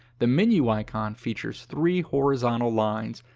the menu icon features three horizontal lines.